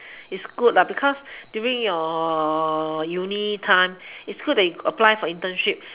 is good because during your uni time it's good that you apply for internship